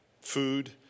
Food